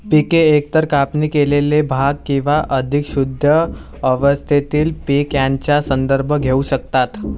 पिके एकतर कापणी केलेले भाग किंवा अधिक शुद्ध अवस्थेतील पीक यांचा संदर्भ घेऊ शकतात